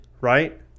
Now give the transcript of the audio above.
right